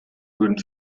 würden